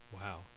wow